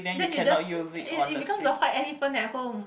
then you just it it becomes a white elephant at home